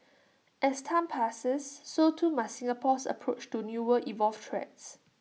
as time passes so too must Singapore's approach to newer evolved threats